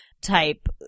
type